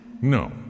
No